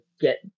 get